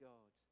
God